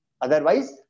Otherwise